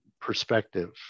perspective